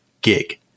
gig